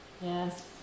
Yes